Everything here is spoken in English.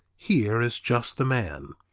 here is just the man.